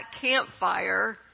campfire